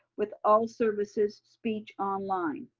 with all services, speech online.